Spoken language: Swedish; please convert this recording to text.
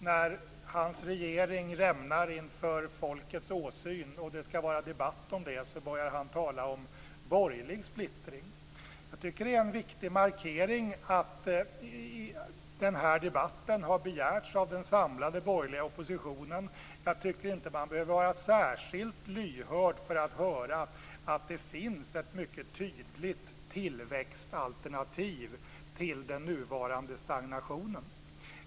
När hans regering rämnar inför folkets åsyn och det skall vara debatt om det börjar han tala om borgerlig splittring. Det är en viktig markering att denna debatt har begärts av den samlade borgerliga oppositionen. Man behöver inte vara särskilt lyhörd för att höra att det finns ett tydligt tillväxtalternativ till den nuvarande stagnationen.